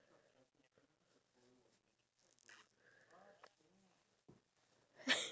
so I feel a lot of people are like that as long as you know the outcome for it then only you will go on and